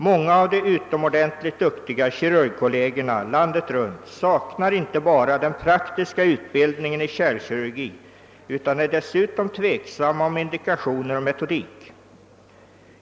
Många av de utomordentligt dugliga kirurgkollegerna landet runt saknar inte bara den praktiska utbildningen i kärlkirurgi utan är dessutom tveksamma om indikationer och metodik.